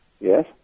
Yes